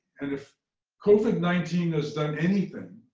and if covid nineteen has done anything,